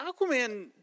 Aquaman